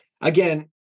Again